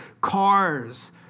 cars